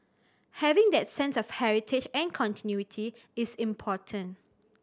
having that sense of heritage and continuity is important